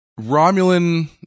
Romulan